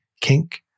kink